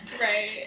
right